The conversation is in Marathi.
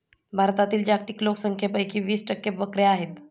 भारतातील जागतिक लोकसंख्येपैकी वीस टक्के बकऱ्या आहेत